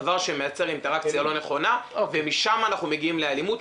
דבר שמייצר אינטראקציה לא נכונה ומשם אנחנו מגיעים לאלימות,